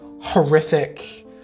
horrific